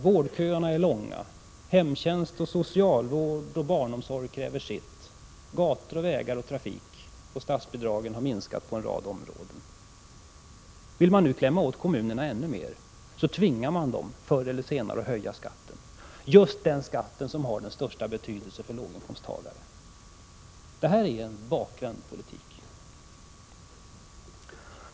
Vårdköerna är långa, och hemtjänst, socialvård, barnomsorg, gator, vägar och trafik kräver sitt. Statsbidragen har minskat på en rad områden. Vill man nu klämma åt kommunerna ännu mera så tvingar man dem förr eller senare att höja skatten — just den skatt som har den största betydelsen för låginkomsttagare. Detta är en bakvänd politik.